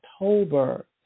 October